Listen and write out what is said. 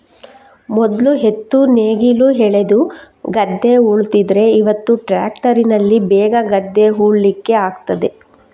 ಮೊದ್ಲು ಎತ್ತು ನೇಗಿಲು ಎಳೆದು ಗದ್ದೆ ಉಳ್ತಿದ್ರೆ ಇವತ್ತು ಟ್ರ್ಯಾಕ್ಟರಿನಲ್ಲಿ ಬೇಗ ಗದ್ದೆ ಉಳ್ಳಿಕ್ಕೆ ಆಗ್ತದೆ